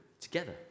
together